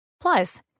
Plus